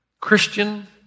Christian